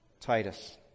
Titus